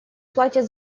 платят